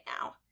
now